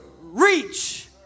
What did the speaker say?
reach